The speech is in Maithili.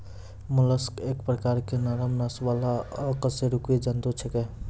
मोलस्क एक प्रकार के नरम नस वाला अकशेरुकी जंतु छेकै